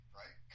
right